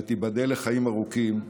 שתיבדל לחיים ארוכים,